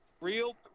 real